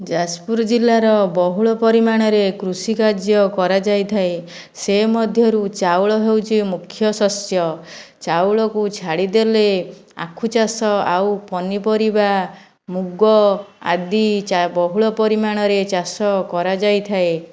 ଯାଜପୁର ଜିଲ୍ଲାର ବହୁଳ ପରିମାଣରେ କୃଷି କାର୍ଯ୍ୟ କରାଯାଇଥାଏ ସେ ମଧ୍ୟରୁ ଚାଉଳ ହେଉଛି ମୁଖ୍ୟ ଶସ୍ୟ ଚାଉଳକୁ ଛାଡ଼ି ଦେଲେ ଆଖୁଚାଷ ଆଉ ପନିପରିବା ମୁଗ ଆଦି ଚା' ବହୁଳ ପରିମାଣରେ ଚାଷ କରାଯାଇଥାଏ